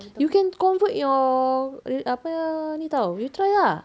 you can convert your li~ apa ni [tau] you try ah